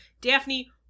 Daphne